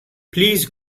please